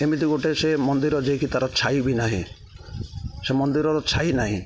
ଏମିତି ଗୋଟେ ସେ ମନ୍ଦିର ଯେକି ତାର ଛାଇ ବି ନାହିଁ ସେ ମନ୍ଦିରର ଛାଇ ନାହିଁ